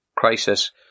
crisis